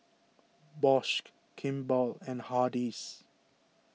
Bosch Kimball and Hardy's